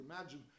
imagine